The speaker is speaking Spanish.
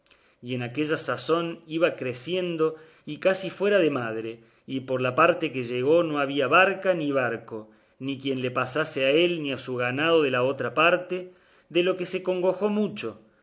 y en aquella sazón iba crecido y casi fuera de madre y por la parte que llegó no había barca ni barco ni quien le pasase a él ni a su ganado de la otra parte de lo que se congojó mucho